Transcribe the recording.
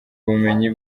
ubumenyi